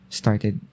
started